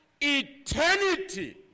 eternity